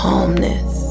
Calmness